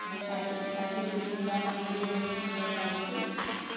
ସେ ଶାଢ଼ୀ ଶାଢ଼ୀଟି ପିନ୍ଧିବା ପାଇଁ ବି ବହୁତ ସୁନ୍ଦର ଲାଗୁଛି